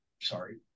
Sorry